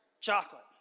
chocolate